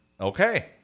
okay